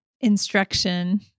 instruction